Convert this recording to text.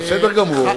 זה בסדר גמור,